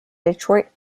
detroit